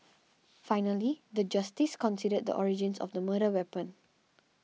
finally the justice considered the origins of the murder weapon